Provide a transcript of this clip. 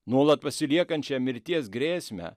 nuolat pasiliekančią mirties grėsmę